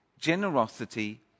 generosity